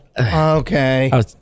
Okay